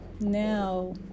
now